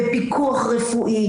בפיקוח רפואי,